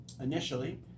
initially